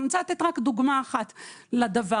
אני רוצה לתת דוגמה אחת לזה.